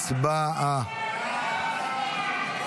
הצבעה.